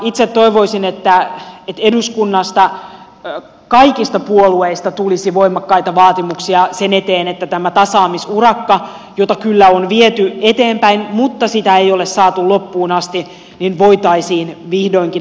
itse toivoisin että eduskunnasta kaikista puolueista tulisi voimakkaita vaatimuksia sen eteen että tämä tasaamisurakka jota kyllä on viety eteenpäin mutta sitä ei ole saatu loppuun asti voitaisiin vihdoinkin saattaa loppuun